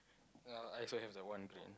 yeah I also have that one